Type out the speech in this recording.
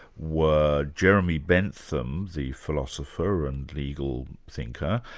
were jeremy bentham, the philosopher and legal thinker,